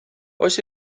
oes